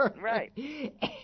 Right